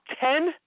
ten